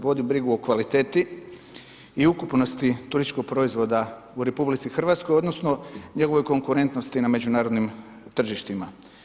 Vodi brigu o kvaliteti i ukupnosti turističkog proizvoda u RH, odnosno njegovoj konkurentnosti na međunarodnim tržištima.